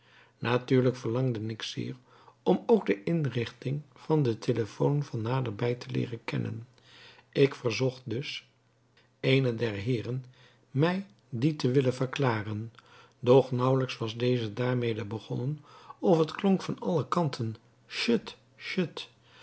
natuurlijk verlangde ik zeer om ook de inrichting van den telephone van naderbij te leeren kennen ik verzocht dus eenen der heeren mij dien te willen verklaren doch nauwelijks was deze daarmede begonnen of het klonk van alle kanten chut chut